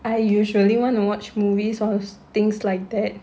I usually want to watch movies or things like that